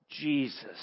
Jesus